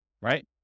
right